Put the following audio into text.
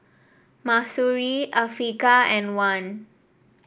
Mahsuri Afiqah and Wan